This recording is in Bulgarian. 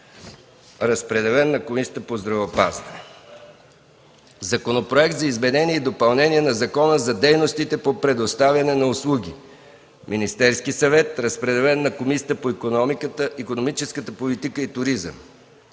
Разпределен е на Комисията по здравеопазването. - Законопроект за изменение и допълнение на Закона за дейностите по предоставяне на услуги. Вносител – Министерският съвет. Разпределен е на Комисията по икономическата политика и туризъм.